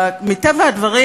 מטבע הדברים,